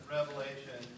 Revelation